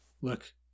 look